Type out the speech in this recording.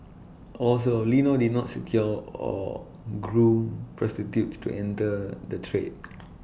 also Lino did not secure or groom prostitutes to enter the trade